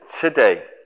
today